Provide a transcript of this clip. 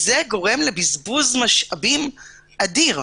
זה גורם לבזבוז משאבים אדיר.